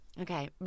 okay